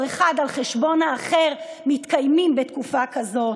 אחד על חשבון האחר מתקיימים בתקופה כזאת.